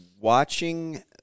Watching